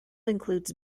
includes